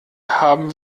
haben